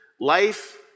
life